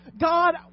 God